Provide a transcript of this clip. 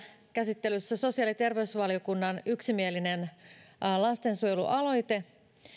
käsittelyssä sosiaali ja terveysvaliokunnan yksimielinen mietintö lastensuojelualoitteesta ja